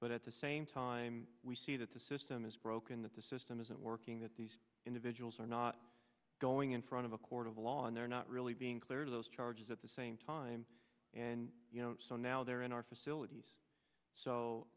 but at the same time we see that the system is broken that the system isn't working that these individuals are not going in front of a court of law and they're not really being clear to those charges at the same time and so now they're in our facilities so